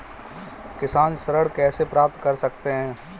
किसान ऋण कैसे प्राप्त कर सकते हैं?